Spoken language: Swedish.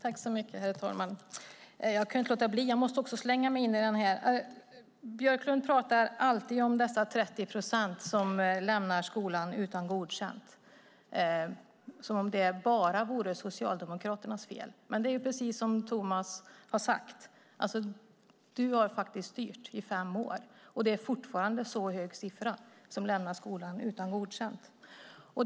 Herr talman! Jag kan inte låta bli att också slänga mig in i den här debatten. Björklund pratar alltid om dessa 30 procent som lämnar skolan utan godkänt, som om det bara vore Socialdemokraternas fel. Men det är precis som Thomas har sagt, att du har styrt i fem år och fortfarande är det en så stor andel som lämnar skolan utan godkänt.